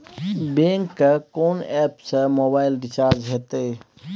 Bank के कोन app से मोबाइल रिचार्ज हेते?